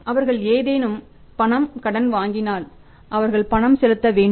அவர்கள் ஏதேனும் பணம் கடன் வாங்கினால் அவர்கள் பணம் செலுத்த வேண்டும்